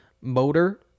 motor